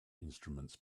instruments